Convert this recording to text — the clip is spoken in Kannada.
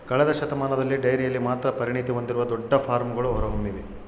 ಕಳೆದ ಶತಮಾನದಲ್ಲಿ ಡೈರಿಯಲ್ಲಿ ಮಾತ್ರ ಪರಿಣತಿ ಹೊಂದಿರುವ ದೊಡ್ಡ ಫಾರ್ಮ್ಗಳು ಹೊರಹೊಮ್ಮಿವೆ